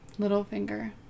Littlefinger